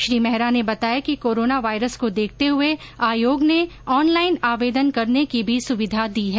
श्री मेहरा ने बताया कि कोरोनावायरस को देखते हुए आयोग ने ऑनलाइन आवेदन करने की भी सुविधा दी है